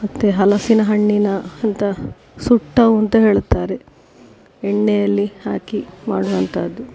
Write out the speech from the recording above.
ಮತ್ತು ಹಲಸಿನ ಹಣ್ಣಿನ ಅಂತ ಸುಟ್ಟವು ಅಂತ ಹೇಳ್ತಾರೆ ಎಣ್ಣೆಯಲ್ಲಿ ಹಾಕಿ ಮಾಡುವಂಥದ್ದು